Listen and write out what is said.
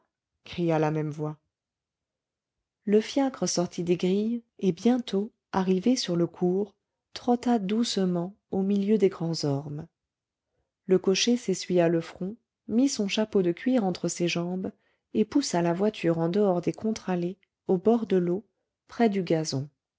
cria la même voix le fiacre sortit des grilles et bientôt arrivé sur le cours trotta doucement au milieu des grands ormes le cocher s'essuya le front mit son chapeau de cuir entre ses jambes et poussa la voiture en dehors des contre-allées au bord de l'eau près du gazon